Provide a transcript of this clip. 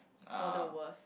for the worse